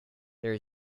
there